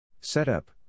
Setup